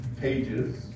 pages